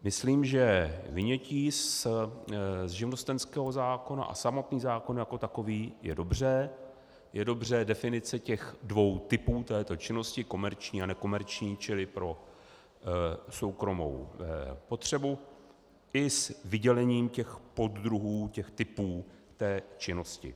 Myslím, že vynětí z živnostenského zákona a samotný zákon jako takový je dobře, je dobře definice těch dvou typů této činnosti, komerční a nekomerční, čili pro soukromou potřebu, i s vydělením těch poddruhů, typů té činnosti.